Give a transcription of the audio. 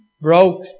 broke